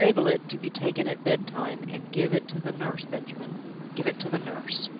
label it, to be taken at bedtime and give it to the nurse, benjamin give it to the nurse.